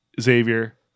Xavier